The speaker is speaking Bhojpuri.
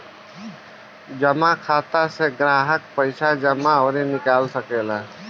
जमा खाता से ग्राहक पईसा जमा अउरी निकाल सकेला